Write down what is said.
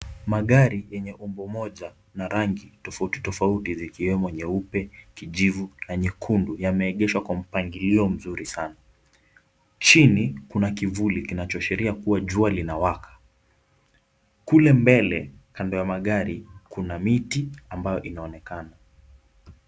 Magari yenye umbo moja na rangi tofauti tofauti ikiwemo nyeupe, kijivu na nyekundu yameegeshwa kwa mpangilio mzuri sana. Chini kuna kivuli kinachoashiria kuwa jua linawaka. Kule mbele kando ya magari kuna miti inaonakana.